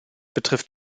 betrifft